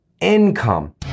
income